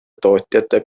tootjate